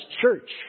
church